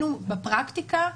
ראינו בפרקטיקה,